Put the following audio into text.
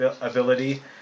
ability